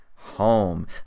home